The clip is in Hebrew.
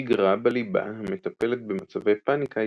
השגרה בליבה המטפלת במצבי פאניקה,